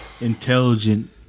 intelligent